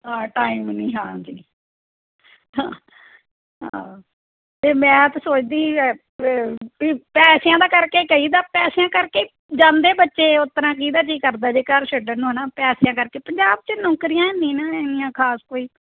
time ਨਹੀਂ ਹਾਂਜੀ ਹਾਂ ਅਤੇ ਮੈਂ ਤਾਂ ਸੋਚਦੀ ਪੈਸਿਆਂ ਦਾ ਕਰਕੇ ਕਹੀਦਾ ਪੈਸਿਆਂ ਕਰਕੇ ਹੀ ਜਾਂਦੇ ਬੱਚੇ ਓਹ ਤਰ੍ਹਾਂ ਕਿਹਦਾ ਜੀਅ ਕਰਦਾ ਜੇ ਘਰ ਛੱਡਣ ਨੂੰ ਹੈ ਨਾ ਪੈਸਿਆਂ ਕਰਕੇ ਪੰਜਾਬ 'ਚ ਨੌਕਰੀਆਂ ਹੈ ਨੀ ਨਾ ਇੰਨੀਆਂ ਖਾਸ ਕੋਈ